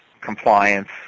compliance